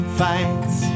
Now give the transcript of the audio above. fights